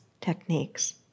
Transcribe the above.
techniques